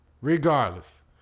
regardless